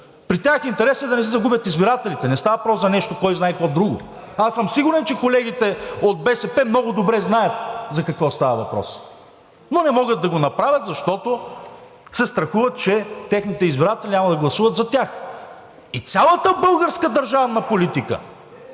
при тях интересът е да не си загубят избирателите, не става въпрос за нещо кой знае какво друго. Аз съм сигурен, че колегите от БСП много добре знаят за какво става въпрос, но не могат да го направят, защото се страхуват, че техните избиратели няма да гласуват за тях. И цялата българска държавна политика